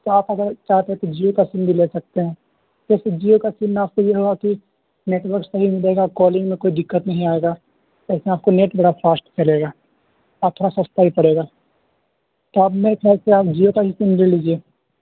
تو آپ اگر چاہتے ہیں تو جیو کا سیم بھی لے سکتے ہیں جیسے جیو کا سیم میں آپ کو یہ ہوا کہ نیٹ ورک صحیح ملے گا کالنگ میں کوئی دقت نہیں آئے گا جیسا آپ کو نیٹ بڑا فاسٹ چلے گا آپ تھوڑا سستا ہی پڑے گا تو آپ میری طرف سے آپ جیو کا ہی سیم لے لیجیے